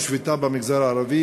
במגזר הערבי,